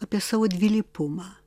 apie savo dvilypumą